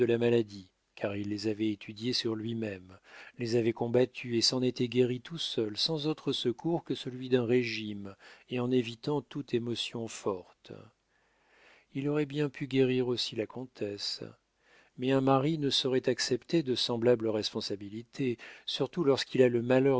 la maladie car il les avait étudiés sur lui-même les avait combattus et s'en était guéri tout seul sans autre secours que celui d'un régime et en évitant toute émotion forte il aurait bien pu guérir aussi la comtesse mais un mari ne saurait accepter de semblables responsabilités surtout lorsqu'il a le malheur